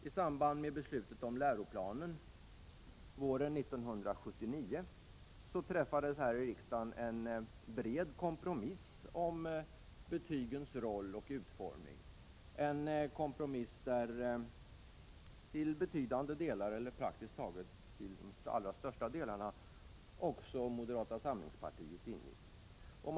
I samband med beslutet om läroplanen våren 1979 träffades här i riksdagen en bred kompromiss om betygens roll och utformning, en kompromiss som praktiskt taget helt och hållet också moderata samlingspartiet ställde sig bakom.